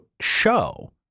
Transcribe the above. show